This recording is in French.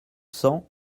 cents